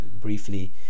briefly